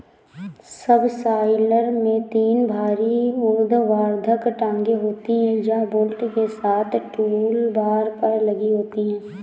subsoiler में तीन भारी ऊर्ध्वाधर टांगें होती हैं, यह बोल्ट के साथ टूलबार पर लगी होती हैं